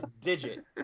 Digit